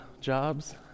jobs